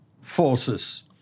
forces